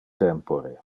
tempore